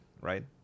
right